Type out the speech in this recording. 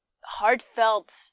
heartfelt